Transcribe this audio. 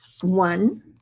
One